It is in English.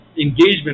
engagement